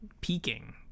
peaking